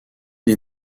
des